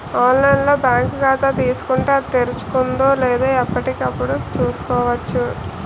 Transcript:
online లో bank ఖాతా తీసుకుంటే, అది తెరుచుకుందో లేదో ఎప్పటికప్పుడు చూసుకోవచ్చు